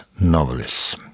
Novelists